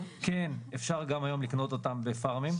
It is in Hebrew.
כן, אפשר גם היום לקנות אתן בפארמים.